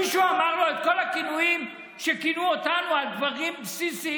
מישהו אמר לו את כל הכינויים שכינו אותנו על דברים בסיסיים?